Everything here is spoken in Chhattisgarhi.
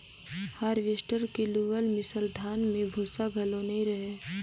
हारवेस्टर के लुअल मिसल धान में भूसा घलो नई रहें